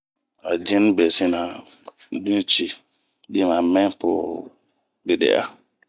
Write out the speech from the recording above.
A jini be sina ,din cii, din ma mɛɛ po ri de'a.